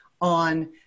on